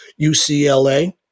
UCLA